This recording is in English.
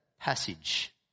passage